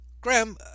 Graham